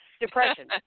depression